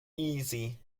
easy